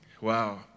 Wow